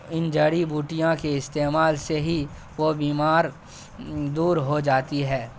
ان جڑی بوٹیوں کے استعمال سے ہی وہ بیماری دور ہو جاتی ہے